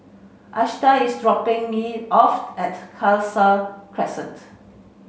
Ashanti is dropping me off at Khalsa Crescent